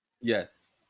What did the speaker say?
Yes